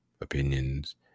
opinions